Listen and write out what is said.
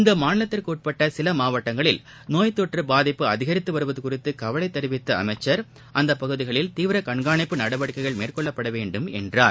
இந்த மாநிலத்திற்கு உட்பட்ட சில மாவட்டங்களில் நோய்த்தொற்று பாதிப்பு அதிகரித்து வருவது குறித்து கவலை தெரிவித்த அமைச்சர் அந்த பகுதிகளில் தீவிர கண்காணிப்பு நடவடிக்கைகள் மேற்கொள்ளப்பட வேண்டும் என்றார்